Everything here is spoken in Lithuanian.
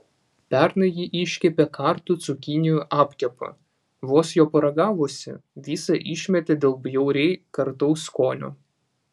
pernai ji iškepė kartų cukinijų apkepą vos jo paragavusi visą išmetė dėl bjauriai kartaus skonio